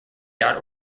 dot